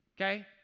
Okay